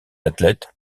athlètes